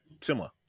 similar